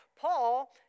Paul